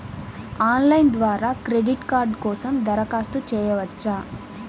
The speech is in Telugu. ఆన్లైన్ ద్వారా క్రెడిట్ కార్డ్ కోసం దరఖాస్తు చేయవచ్చా?